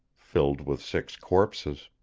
filled with six corpses.